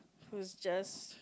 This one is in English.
who's just